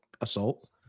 assault